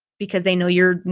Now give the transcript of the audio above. because they know you're,